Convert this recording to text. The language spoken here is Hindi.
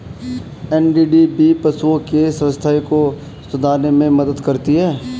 एन.डी.डी.बी पशुओं के स्वास्थ्य को सुधारने में मदद करती है